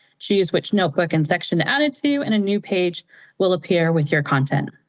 choose which notebook and section to add it to, and a new page will appear with your content.